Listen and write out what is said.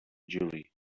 jury